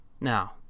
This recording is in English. Now